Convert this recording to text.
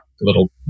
little